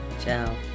Ciao